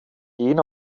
den